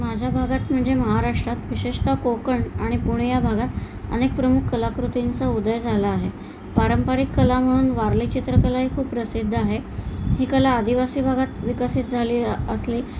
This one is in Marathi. माझ्या भागात म्हणजे महाराष्ट्रात विशेषतः कोकण आणि पुणे या भागात अनेक प्रमुख कलाकृतींचा उदय झाला आहे पारंपरिक कला म्हणून वारली चित्रकला ही खूप प्रसिद्ध आहे ही कला आदिवासी भागात विकसित झाली असली